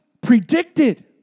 predicted